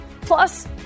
plus